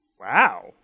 Wow